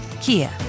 Kia